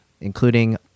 including